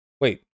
Wait